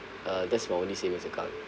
uh that's my only savings account